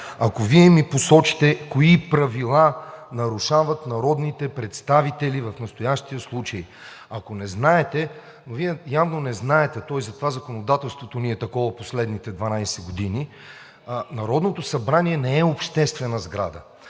ако Вие ми посочите кои правила нарушават народните представители в настоящия случай? Ако не знаете, Вие явно не знаете, то и затова законодателството ни е такова в последните 12 години, Народното събрание не е обществена сграда.